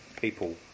people